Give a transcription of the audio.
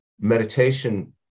meditation